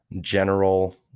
general